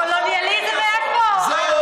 קולוניאליזם היה פה,